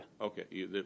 Okay